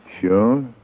Sure